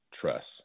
trust